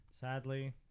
sadly